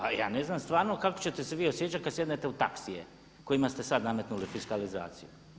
A ja ne znam stvarno kako ćete se vi osjećati kad sjednete u taksije kojima ste sad nametnuli fiskalizaciju.